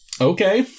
Okay